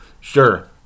sure